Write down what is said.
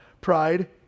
Pride